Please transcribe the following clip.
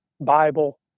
Bible